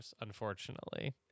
unfortunately